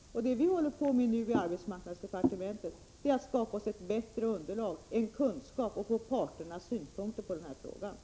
Vad vi håller på med nu i arbetsmarknadsdepartementet är att skaffa oss bättre underlag, bättre kunskap, och få del av parternas synpunkter på den här frågan.